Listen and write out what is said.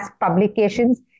Publications